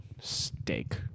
Steak